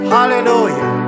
Hallelujah